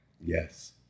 Yes